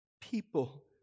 people